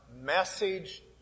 message